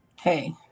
hey